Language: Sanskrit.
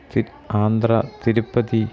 चित्तूर् आन्ध्र तिरुपति